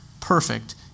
perfect